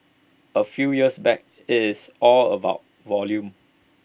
A few years back IT is all about volume